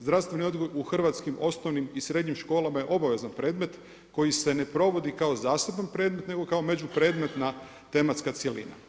Zdravstveni odgoj u hrvatskim osnovnim i srednjim školama je obavezan predmet koji se ne provodi kao zaseban predmet nego kao među predmetna tematska cjelina.